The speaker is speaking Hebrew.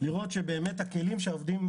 לראות שבאמת הכלים שבהם משתמשים העובדים,